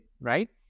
right